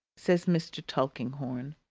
says mr. tulkinghorn,